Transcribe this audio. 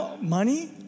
money